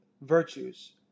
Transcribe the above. virtues